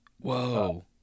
Whoa